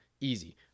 easy